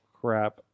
crap